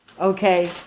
Okay